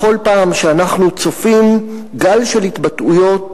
בכל פעם שאנחנו צופים גל של התבטאויות